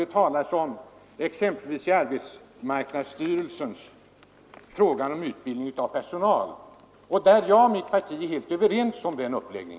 Mitt parti är helt överens med arbetsmarknadsstyrelsen om uppläggningen i detta avsnitt av sin skrivning.